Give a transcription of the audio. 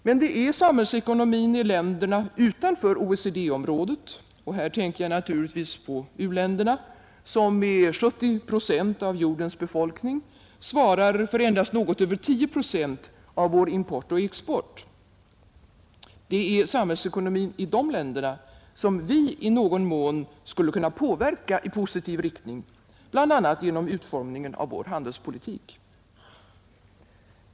Men det är samhällsekonomin i länderna utanför OECD-området — jag tänker här naturligtvis på u-länderna vilka med 70 procent av jordens befolkning svarar för endast något över 10 procent av vår import och export — som vi i någon mån skulle kunna påverka i positiv riktning, bl.a. genom utformningen av vår handelspolitik.